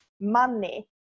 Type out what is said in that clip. money